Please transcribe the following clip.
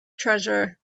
treasure